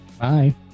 Bye